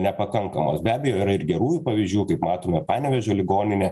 nepakankamos be abejo yra ir gerųjų pavyzdžių kaip matome panevėžio ligoninė